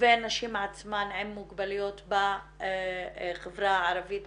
והנשים עצמן עם מוגבלויות בחברה הערבית